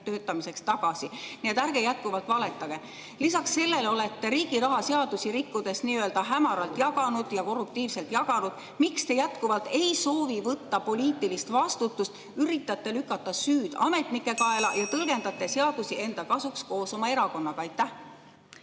ümbertöötamiseks tagasi. Nii et ärge jätkuvalt valetage. Lisaks sellele olete riigi raha seadusi rikkudes hämaralt ja korruptiivselt jaganud. Miks te jätkuvalt ei soovi võtta poliitilist vastutust, üritate lükata süüd ametnike kaela ja tõlgendate seadusi enda kasuks koos oma erakonnaga? Aitäh,